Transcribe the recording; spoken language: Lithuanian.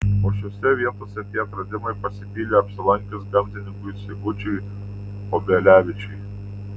o šiose vietose tie atradimai pasipylė apsilankius gamtininkui sigučiui obelevičiui